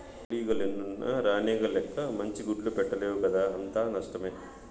కూలీగ లెన్నున్న రాణిగ లెక్క మంచి గుడ్లు పెట్టలేవు కదా అంతా నష్టమే